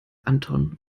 anton